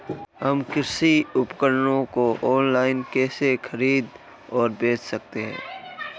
हम कृषि उपकरणों को ऑनलाइन कैसे खरीद और बेच सकते हैं?